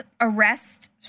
arrest